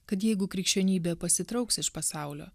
kad jeigu krikščionybė pasitrauks iš pasaulio